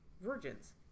virgins